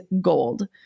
gold